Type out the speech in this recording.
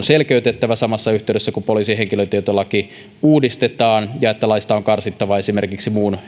selkeytettävä samassa yhteydessä kun poliisin henkilötietolaki uudistetaan ja että laista on karsittava esimerkiksi muun